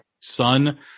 son